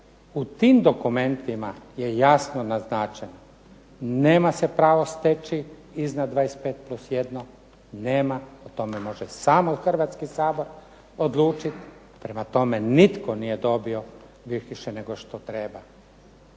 u tim dokumentima je jasno naznačeno, nema se pravo steći iznad 25+1, nema, o tome može samo Hrvatski sabor odlučit. Prema tome, nitko nije dobio više nego što treba.